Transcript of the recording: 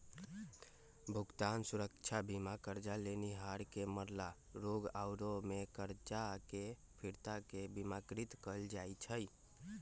भुगतान सुरक्षा बीमा करजा लेनिहार के मरला, रोग आउरो में करजा के फिरता के बिमाकृत कयल जाइ छइ